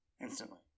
Instantly